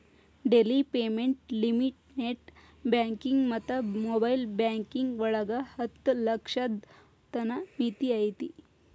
daily payment limit net banking ಮತ್ತ mobile banking ಒಳಗ ಹತ್ತ ಲಕ್ಷದ್ ತನ ಮಿತಿ ಐತಿ